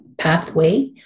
pathway